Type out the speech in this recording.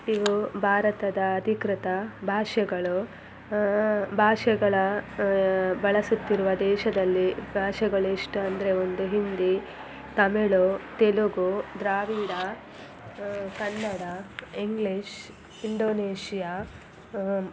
ಇವು ಭಾರತದ ಅಧಿಕೃತ ಭಾಷೆಗಳು ಭಾಷೆಗಳ ಬಳಸುತ್ತಿರುವ ದೇಶದಲ್ಲಿ ಭಾಷೆಗಳು ಎಷ್ಟು ಅಂದರೆ ಒಂದು ಹಿಂದಿ ತಮಿಳು ತೆಲುಗು ದ್ರಾವಿಡ ಕನ್ನಡ ಇಂಗ್ಲಿಷ್ ಇಂಡೋನೇಷ್ಯ